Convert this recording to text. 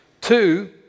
Two